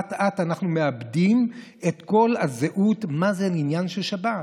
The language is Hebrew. אט-אט אנחנו מאבדים את כל הזהות של מה זה עניין של שבת.